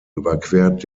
überquert